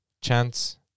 Chance